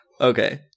Okay